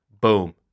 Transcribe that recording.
Boom